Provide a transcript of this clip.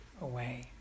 away